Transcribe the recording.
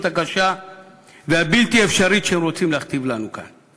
הקשה והבלתי-אפשרית שהם רוצים להכתיב לנו כאן.